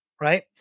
right